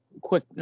quick